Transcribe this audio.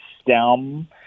STEM